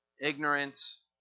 ignorance